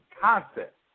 concept